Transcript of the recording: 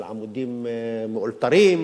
על עמודים מאולתרים.